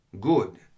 Good